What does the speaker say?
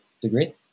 degree